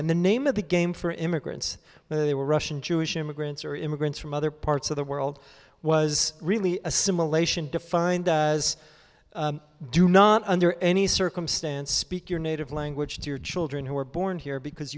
and the name of the game for immigrants whether they were russian jewish immigrants or immigrants from other parts of the world was really assimilation defined as do not under any circumstance speak your native language to your children who were born here because